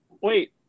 wait